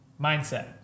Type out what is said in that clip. mindset